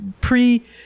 pre